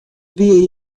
wie